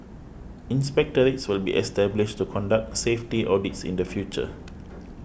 inspectorates will be established to conduct safety audits in the future